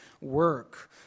work